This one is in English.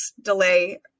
delay